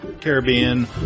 Caribbean